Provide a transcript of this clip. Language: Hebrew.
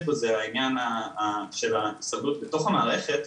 בו זה העניין של ההישרדות בתוך המערכת.